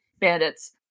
bandits